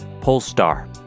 Polestar